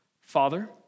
Father